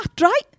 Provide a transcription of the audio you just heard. right